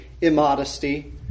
immodesty